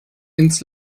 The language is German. ins